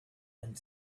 and